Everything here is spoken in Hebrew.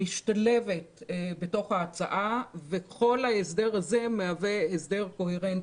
משתלבת בתוך ההצעה וכל ההסדר הזה מהווה הסדר קוהרנטי.